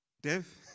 Dev